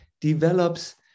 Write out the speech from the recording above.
develops